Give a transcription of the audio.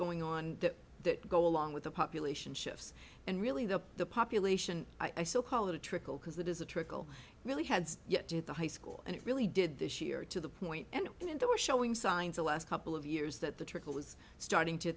going on that that go along with the population shifts and really the the population i still call it a trickle because it is a trickle really had yet to the high school and it really did this year to the point and in that we're showing signs of last couple of years that the trickle was starting to